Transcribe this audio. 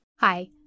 Hi